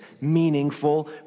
meaningful